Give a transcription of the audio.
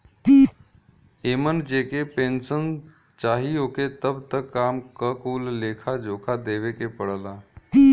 एमन जेके पेन्सन चाही ओके अब तक क काम क कुल लेखा जोखा देवे के पड़ला